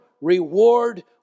reward